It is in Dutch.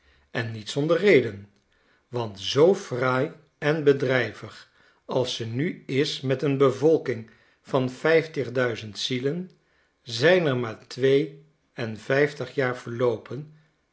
en niet zonder reden want zoo fraai en bedrijvig als ze nu is met een bevolking van vijftig duizend zielen zijn er maar twee en vijftig jaar verloopen